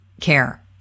care